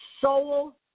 Soul